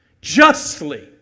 Justly